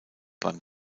beim